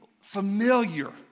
familiar